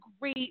great